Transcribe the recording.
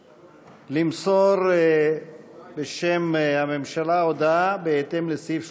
למסור בשם הממשלה הודעה בהתאם לסעיף 31(ב)